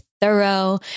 thorough